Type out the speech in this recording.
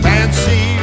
Fancy